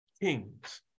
kings